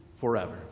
forever